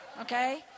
Okay